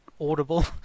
audible